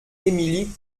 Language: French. émilie